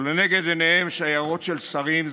ולנגד עיניהם שיירות של שרים,